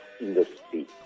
industry